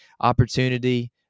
opportunity